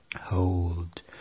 hold